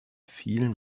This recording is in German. viel